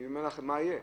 אני אומר לך מה יהיה.